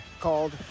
called